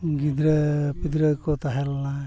ᱜᱤᱫᱽᱨᱟᱹ ᱯᱤᱫᱽᱨᱟᱹ ᱠᱚ ᱛᱟᱦᱮᱸ ᱞᱮᱱᱟ